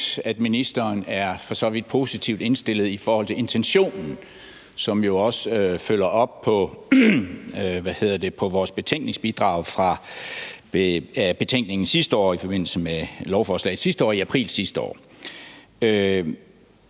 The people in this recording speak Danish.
at ministeren er positivt indstillet i forhold til intentionen, som jo også følger op på vores betænkningsbidrag fra betænkningen sidste år i forbindelse med lovforslaget i april sidste år.